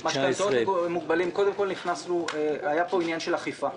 במשכנתאות למוגבלים קודם כול היה פה עניין של אכיפה.